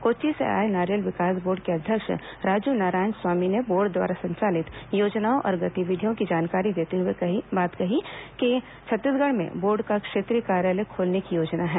कोच्चि से आए नारियल विकास बोर्ड के अध्यक्ष राजू नारायण स्वामी ने बोर्ड द्वारा संचालित योजनाओं और गतिविधियों की जानकारी देते हए कहा कि छत्तीसगढ़ में बोर्ड का क्षेत्रीय कार्यालय खोलने की योजना है